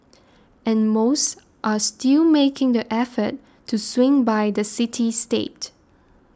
and most are still making the effort to swing by the city state